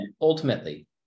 ultimately